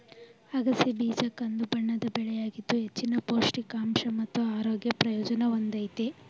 ಅಗಸೆ ಬೀಜ ಕಂದುಬಣ್ಣದ ಬೆಳೆಯಾಗಿದ್ದು ಹೆಚ್ಚಿನ ಪೌಷ್ಟಿಕಾಂಶ ಮತ್ತು ಆರೋಗ್ಯ ಪ್ರಯೋಜನ ಹೊಂದಯ್ತೆ